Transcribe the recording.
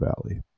Valley